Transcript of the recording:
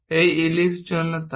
একটি ইলিপ্স জন্য তাই